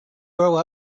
grow